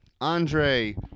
Andre